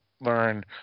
learn